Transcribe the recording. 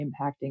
impacting